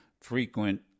frequent